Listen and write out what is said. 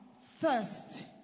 thirst